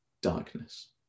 darkness